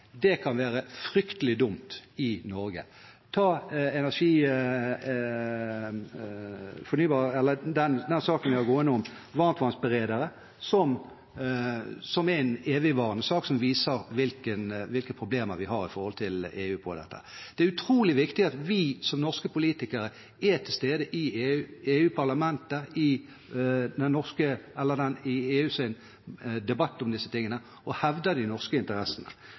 som kan være fornuftig for å rulle ut fornybar energi i Europa, kan være fryktelig dumt i Norge. Vi kan ta den saken som vi har gående om varmtvannsberedere, som er en evigvarende sak, som viser hvilke problemer vi har i forhold til EU her. Det er utrolig viktig at vi som norske politikere er til stede i EU-parlamentet, i EUs debatt om disse tingene og hevder de norske interessene.